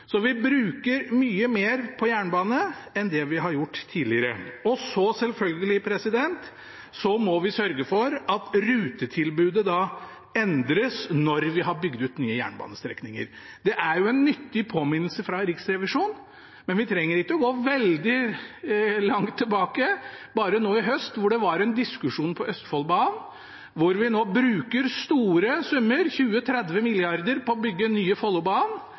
Så vi bruker mye mer på jernbane enn det vi har gjort tidligere. Så må vi selvfølgelig sørge for at rutetilbudet endres når vi har bygd ut nye jernbanestrekninger. Det er en nyttig påminnelse fra Riksrevisjonen. Men vi trenger ikke å gå veldig langt tilbake – bare nå i høst var det en diskusjon om Østfoldbanen, hvor vi nå bruker store summer, 20–30 mrd. kr, på å bygge den nye Follobanen,